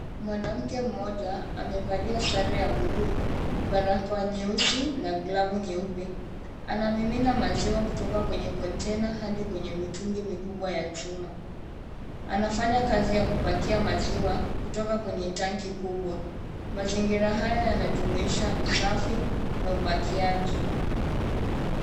Mwanamke mmoja amevalia sare ya buluu, barakoa nyeusi na glavu nyeupe. Anamimina maziwa kutoka kwenye kontena hadi kwenye mitungi mikubwa ya chuma. Anafanya kazi ya kupakia maziwa kutoka kwenye tanki kubwa . Mazingira haya yanajumuisha usafi na upakiaji.